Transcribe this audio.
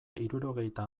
hirurogeita